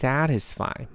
Satisfy